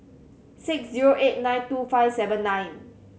six zero eight nine two five seven nine